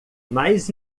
mais